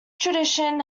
tradition